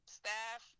staff